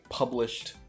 published